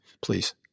please